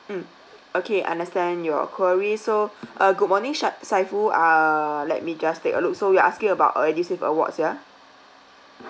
mm okay understand your queries so uh good morning shay~ shaiful err let me just take a look so you're asking about uh edusave awards ya